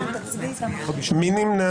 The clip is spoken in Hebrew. מי נמנע?